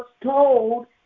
told